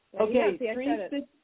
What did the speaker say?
Okay